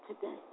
today